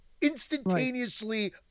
instantaneously